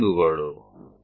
આ બિંદુઓ છે